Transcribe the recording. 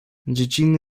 dziecinny